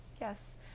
yes